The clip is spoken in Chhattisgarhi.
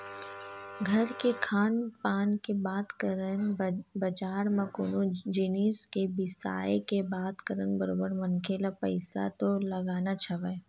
घर के खान पान के बात करन बजार म कोनो जिनिस के बिसाय के बात करन बरोबर मनखे ल पइसा तो लगानाच हवय